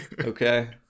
Okay